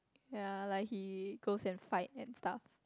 yea like he goes and fight and stuff